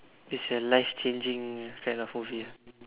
it's a life changing kind of movie ah